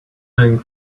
ring